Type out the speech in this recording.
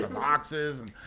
ah boxes and,